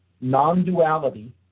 Non-duality